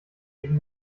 eben